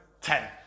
Ten